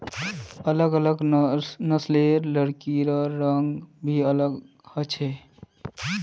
अलग अलग नस्लेर लकड़िर रंग भी अलग ह छे